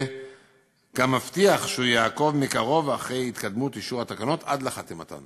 הוא גם מבטיח שיעקוב מקרוב אחר התקדמות אישור התקנות עד לחתימתן,